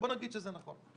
בואו נגיד שזה נכון.